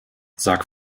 sag